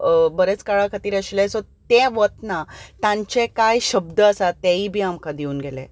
बरेच काळा खातीर आशिल्ले सो ते वतना तांचे कांय शब्द आसात तेय बी आमकां दिवून गेले